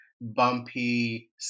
bumpy